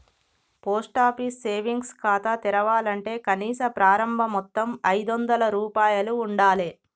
post office savings ఖాతా తెరవాలంటే కనీస ప్రారంభ మొత్తం ఐదొందల రూపాయలు ఉండాలె